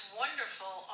wonderful